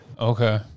Okay